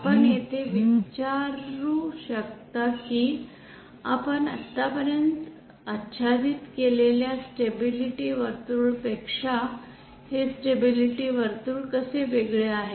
आपण येथे विचारू शकता की आपण आत्तापर्यंत आच्छादित केलेल्या स्टॅबिलिटी वर्तुळपेक्षा हे स्टॅबिलिटी वर्तुळ कसे वेगळे आहे